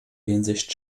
hinsicht